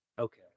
Okay